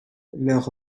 leur